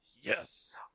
Yes